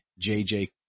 JJ